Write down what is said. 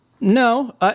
No